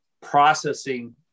processing